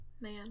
Man